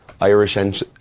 Irish